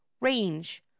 Range